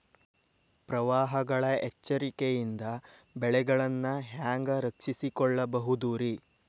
ಪ್ರವಾಹಗಳ ಎಚ್ಚರಿಕೆಯಿಂದ ಬೆಳೆಗಳನ್ನ ಹ್ಯಾಂಗ ರಕ್ಷಿಸಿಕೊಳ್ಳಬಹುದುರೇ?